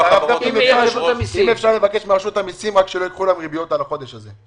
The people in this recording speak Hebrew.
אם אפשר מרשות המיסים שלא ייקחו לנו ריביות על החודש הזה.